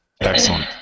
Excellent